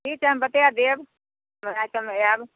ठीक छै हम बता देब हम रातेमे आयब